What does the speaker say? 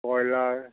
broiler